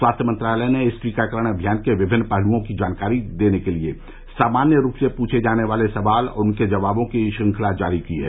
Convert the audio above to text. स्वास्थ्य मंत्रालय ने इस टीकाकरण अमियान के विमिन्न पहलुओं की जानकारी के लिए सामान्य रूप से पूर्छे जाने वाले सवाल और उनके जवाबों की श्रृंखला जारी की है